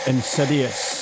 Insidious